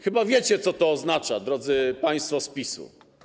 Chyba wiecie, co to oznacza, drodzy państwo z PiS-u?